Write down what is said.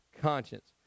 conscience